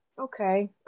Okay